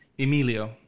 Emilio